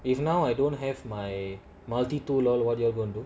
if now I don't have my multi tools loh what you all gonna do